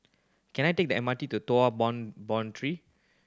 can I take the M R T to